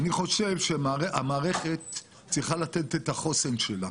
אני חושב שהמערכת צריכה לתת את החוסן שלה